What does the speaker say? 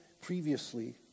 previously